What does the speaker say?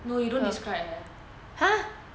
no you don't describe eh